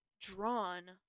drawn